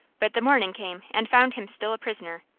but the morning came and found him still a prisoner,